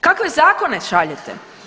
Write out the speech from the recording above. Kakve zakone šaljete?